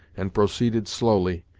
and proceeded slowly,